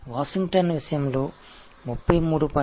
வாஷிங்டனைப் பொறுத்தவரை 33